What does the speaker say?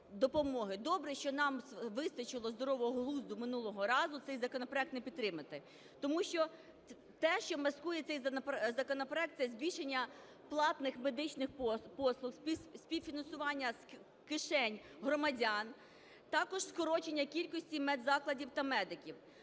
Добре, що нам вистачило здорового глузду минулого разу цей законопроект не підтримати. Тому що те, що маскується… законопроект, це збільшення платних медичних послуг, співфінансування з кишень громадян, також скорочення кількості медзакладів та медиків.